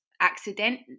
accident